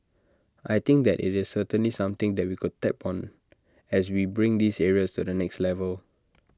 I think that IT is certainly something that we could tap on as we bring these areas to the next level